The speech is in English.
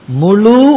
mulu